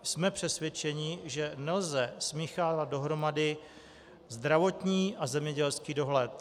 Jsme přesvědčeni, že nelze smíchávat dohromady zdravotní a zemědělský dohled.